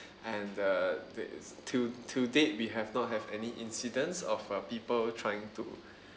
and the there is to to date we have not have any incidents of uh people trying to